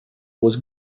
was